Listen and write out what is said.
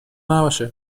نباشه